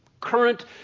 current